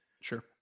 Sure